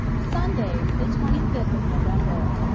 sunday, the twenty fifth of november.